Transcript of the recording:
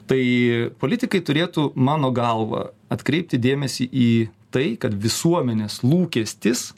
tai politikai turėtų mano galva atkreipti dėmesį į tai kad visuomenės lūkestis